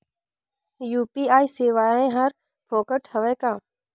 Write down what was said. UPI सेवाएं हर फोकट हवय का?